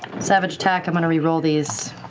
savage attack, i'm going to reroll these.